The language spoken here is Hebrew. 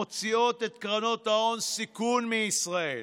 מוציאות את קרנות ההון סיכון מישראל.